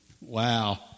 Wow